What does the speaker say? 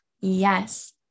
Yes